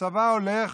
הצבא הולך,